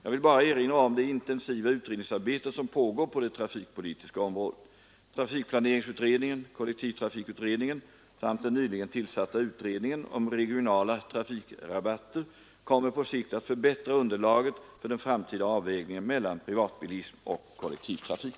Jag vill bara erinra om det intensiva utredningsarbete som pågår på det trafikpolitiska området. Trafikplaneringsutredningen, kollektivtrafikutredningen samt den nyligen tillsatta utredningen om regionala trafikrabatter kommer på sikt att förbättra underlaget för den framtida avvägningen mellan privatbilism och kollektivtrafik.